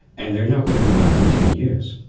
and they're not going to come back in ten years.